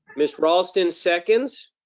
miss raulston seconds.